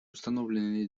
установленные